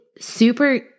super